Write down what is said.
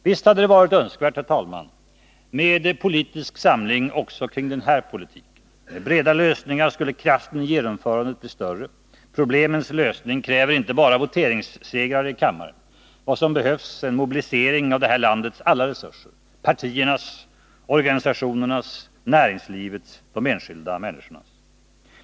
Visst hade det varit önskvärt, herr talman, med politisk samling också kring den här politiken. Med breda lösningar skulle kraften i genomförandet bli större. Problemens lösning kräver inte bara voteringssegrar i kammaren. Vad som behövs är en mobilisering av det här landets alla resurser: partiernas, organisationernas, näringslivets, de enskilda människornas.